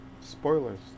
Spoilers